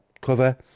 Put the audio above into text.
cover